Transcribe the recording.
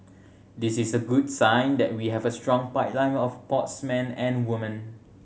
this is a good sign that we have a strong pipeline of sportsman and woman